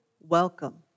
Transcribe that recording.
welcome